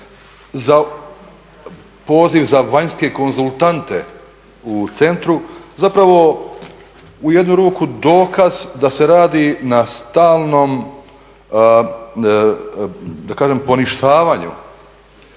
poziv za vanjske konzultante u centru zapravo u jednu ruku dokaz da se radi na stalnom da